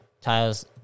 tiles